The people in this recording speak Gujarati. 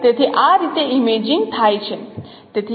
તેથી આ રીતે ઇમેજિંગ થાય છે